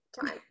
time